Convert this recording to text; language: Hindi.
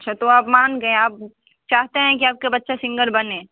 अच्छा तो आप मान गए आप चाहते हैं कि आपके बच्चा सिंगर बने